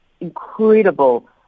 incredible